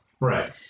Right